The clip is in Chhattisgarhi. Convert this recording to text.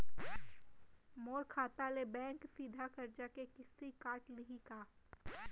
मोर खाता ले बैंक सीधा करजा के किस्ती काट लिही का?